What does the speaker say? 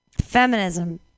feminism